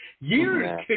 years